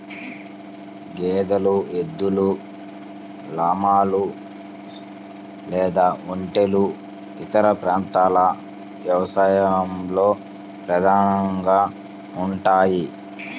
గేదెలు, ఎద్దులు, లామాలు లేదా ఒంటెలు ఇతర ప్రాంతాల వ్యవసాయంలో ప్రధానంగా ఉంటాయి